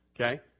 okay